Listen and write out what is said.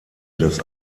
das